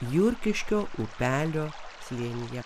jurkiškio upelio slėnyje